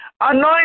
Anoint